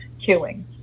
queuing